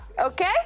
okay